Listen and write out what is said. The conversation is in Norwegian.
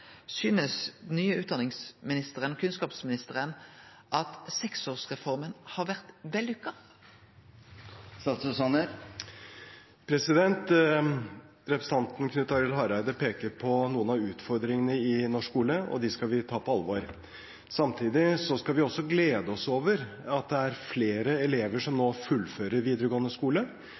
kunnskapsministeren at seksårsreforma har vore vellukka? Representanten Knut Arild Hareide peker på noen av utfordringene i norsk skole, og dem skal vi ta på alvor. Samtidig skal vi også glede oss over at det er flere elever som nå fullfører videregående skole.